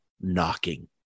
knocking